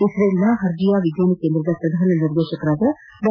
ಇಸ್ರೇಲ್ನ Herzliya ವಿಜ್ಞಾನ ಕೇಂದ್ರದ ಪ್ರಧಾನ ನಿರ್ದೇಶಕರಾದ ಡಾ